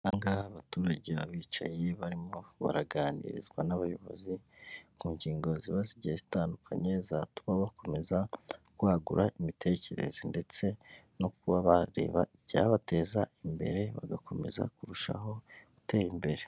Aha ngaha abaturage baba bicayeye, barimo baraganirizwa n'abayobozi mu ngingo ziba zigiye zitandukanye, zatuma bakomeza kwagura imitekerereze ndetse no kuba bareba ibyabateza imbere, bagakomeza kurushaho gutera imbere.